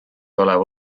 oleva